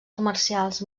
comercials